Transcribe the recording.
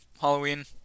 halloween